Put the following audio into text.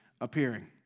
appearing